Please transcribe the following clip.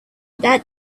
that